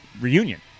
reunion